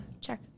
check